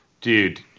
dude